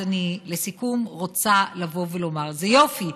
אז לסיכום אני רוצה לבוא ולומר: זה יופי,